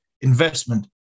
investment